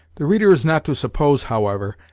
the reader is not to suppose, however,